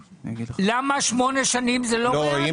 למה שמונה שנים זה לא רלוונטי?